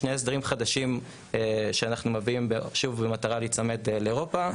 שני הסדרים חדשים שאנחנו מביאים במטרה להיצמד לאירופה,